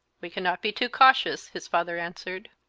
we cannot be too cautious, his father answered.